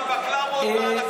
על הבקלאוות ועל הקפה.